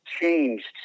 changed